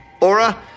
Aura